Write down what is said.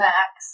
Max